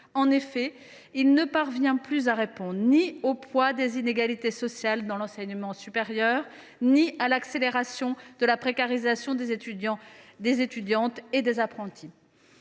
En effet, il ne parvient plus à répondre ni au poids des inégalités sociales dans l’enseignement supérieur ni à l’accélération de la précarisation des étudiants et des apprentis.